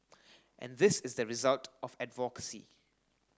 and this is a result of advocacy